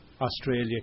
Australia